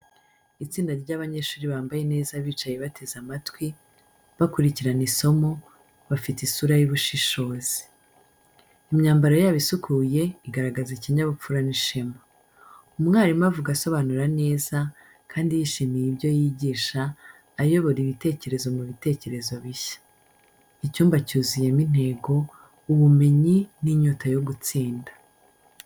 Itsinda ry’abanyeshuri bambaye neza bicaye bateze amatwi, bakurikirana isomo, bafite isura y’ubushishozi. Imyambaro yabo isukuye igaragaza ikinyabupfura n’ishema. Umwarimu avuga asobanura neza, kandi yishimiye ibyo yigisha, ayobora ibitekerezo mu bitekerezo bishya. Icyumba cyuzuyemo intego, ubumenyi, n’inyota yo gutsinda.